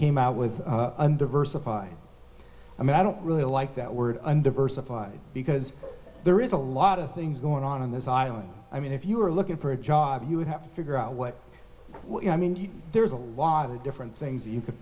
came out with a diversified i mean i don't really like that word and diversified because there is a lot of things going on in this island i mean if you're looking for a job you would have to figure out what i mean there's a lot of different things you could